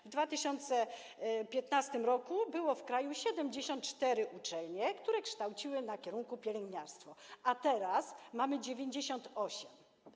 W 2015 r. były w kraju 74 uczelnie, które kształciły na kierunku pielęgniarstwo, a teraz mamy ich 98.